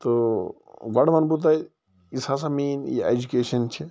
تہٕ گۄڈٕ وَنہٕ بہٕ تۄہہِ یُس ہسا میٛٲنۍ یہِ ایٚجوکیشَن چھِ